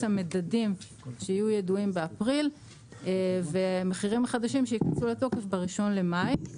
המדדים שיהיו ידועים באפריל והמחירים החדשים שייכנסו לתוקף ב-1 למאי.